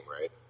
right